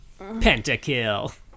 pentakill